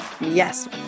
Yes